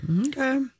Okay